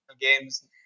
games